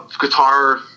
guitar